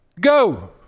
Go